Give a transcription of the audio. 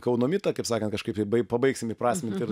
kauno mitą kaip sakant kažkaip pabaigsim įprasmint ir